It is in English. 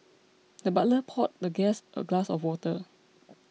the butler poured the guest a glass of water